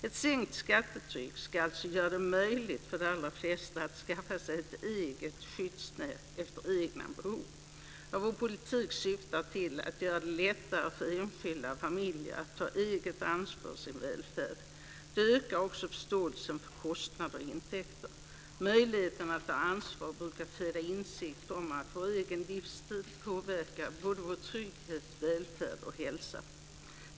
Ett sänkt skattetryck ska alltså göra det möjligt för de allra flesta att skaffa sig ett eget skyddsnät efter egna behov. Vad vår politik syftar till är att göra det lättare för enskilda och familjer att ta eget ansvar för sin välfärd. Det ökar också förståelsen för kostnader och intäkter. Möjligheten att ta ansvar brukar föda insikt om att vår egen livsstil påverkar både vår trygghet, vår välfärd och vår hälsa.